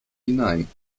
hinein